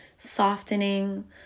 Softening